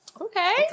Okay